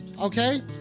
Okay